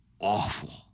awful